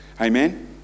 Amen